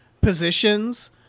positions